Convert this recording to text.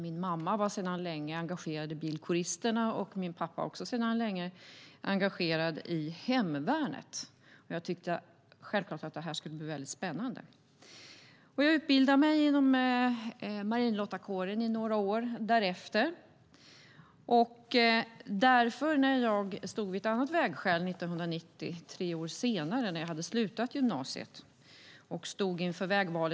Min mamma var sedan länge engagerad i bilkåristerna, och min pappa var sedan länge engagerad i hemvärnet. Jag tyckte självklart att det skulle bli spännande, och jag utbildade mig i marinlottakåren i några år. Tre år senare, 1990, när jag hade slutat gymnasiet, stod jag vid ett annat vägskäl.